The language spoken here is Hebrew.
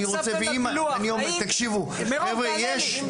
אני רוצה, אני אומר, תקשיבו, חבר'ה יש.